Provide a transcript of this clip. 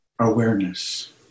awareness